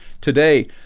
today